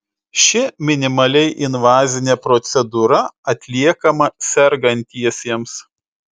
ši minimaliai invazinė procedūra atliekama sergantiesiems